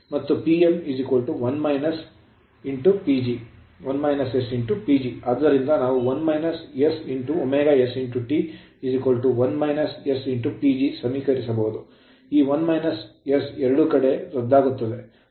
ಆದ್ದರಿಂದ ನಾವು ωsT 1 - s PG ಸಮೀಕರಿಸಬಹುದು 1 - s ಎರಡೂ ಕಡೆ ರದ್ದಾಗುತ್ತವೆ